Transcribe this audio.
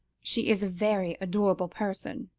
she is a very adorable person,